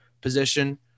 position